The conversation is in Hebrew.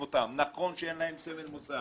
נכון שאין להם סמל מוסד,